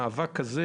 המאבק הזה,